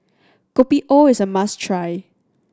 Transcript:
Kopi O is a must try